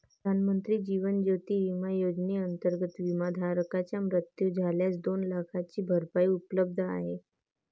प्रधानमंत्री जीवन ज्योती विमा योजनेअंतर्गत, विमाधारकाचा मृत्यू झाल्यास दोन लाखांची भरपाई उपलब्ध आहे